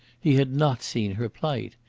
he had not seen her plight.